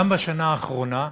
גם בשנה האחרונה,